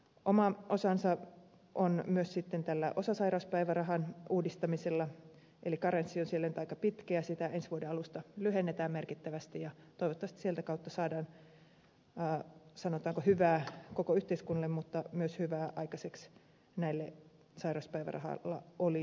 oma osansa on myös sitten osasairauspäivärahan uudistamisella eli karenssi on siellä nyt aika pitkä ja sitä ensi vuoden alusta lyhennetään merkittävästi ja toivottavasti sieltä kautta saadaan sanotaanko hyvää koko yhteiskunnalle mutta myös hyvää aikaiseksi näille sairauspäivärahalla olijoille